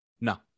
No